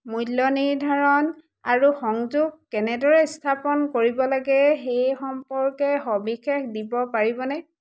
মূল্য নিৰ্ধাৰণ আৰু সংযোগ কেনেদৰে স্থাপন কৰিব লাগে সেই সম্পৰ্কে সবিশেষ দিব পাৰিবনে